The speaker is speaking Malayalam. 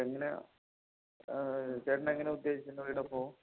എങ്ങനെയാണ് ചേട്ടൻ എങ്ങനെയാണ് ഉദ്ദേശിക്കുന്നത് വീടപ്പോൾ